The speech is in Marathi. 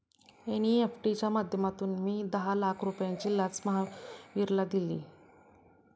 एन.ई.एफ.टी च्या माध्यमातून मी दहा लाख रुपयांची लाच महावीरला दिली